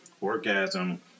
orgasm